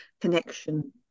connection